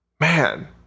Man